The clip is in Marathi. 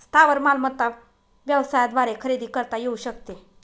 स्थावर मालमत्ता व्यवसायाद्वारे खरेदी करता येऊ शकते